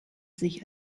sich